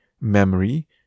memory